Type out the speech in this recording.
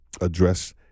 Address